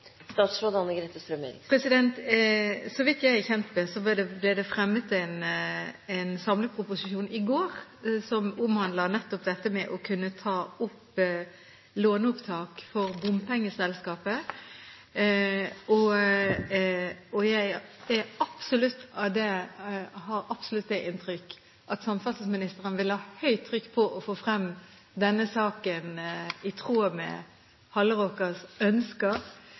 Så vidt jeg er kjent med, ble det i går fremmet en samleproposisjon som omhandler nettopp dette med låneopptak for bompengeselskapet, og jeg har absolutt det inntrykk at samferdselsministeren vil ha høyt trykk på å få frem denne saken, i tråd med Hallerakers ønsker.